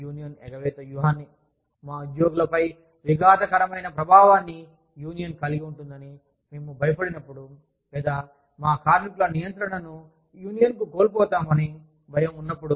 union ఎగవేత వ్యూహాన్ని మా ఉద్యోగులపై విఘాతకరమైన ప్రభావాన్ని యూనియన్ కలిగి ఉంటుందని మేము భయపడినప్పుడు లేదా మా కార్మికుల నియంత్రణను యూనియన్కు కోల్పోతాం అని భయం ఉన్నప్పుడు